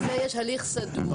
יש הליך סדור.